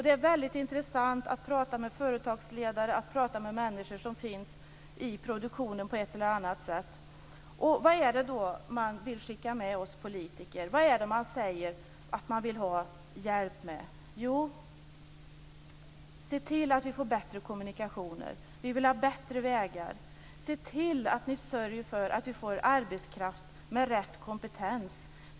Det är väldigt intressant att prata med företagsledare och andra människor som finns i produktionen på ett eller annat sätt. Vad är det då man vill skicka med oss politiker? Vad är det man säger att man vill ha hjälp med? Jo: Se till att vi får bättre kommunikationer; vi vill ha bättre vägar. Se till att ni sörjer för att vi får arbetskraft med rätt kompetens.